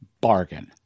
bargain